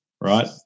Right